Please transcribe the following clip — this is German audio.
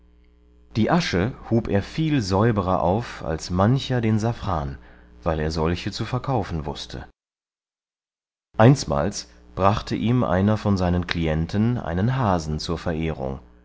die asche hub er viel säuberer auf als mancher den safran weil er solche zu verkaufen wußte einsmals brachte ihm einer von seinen klienten einen hasen zur verehrung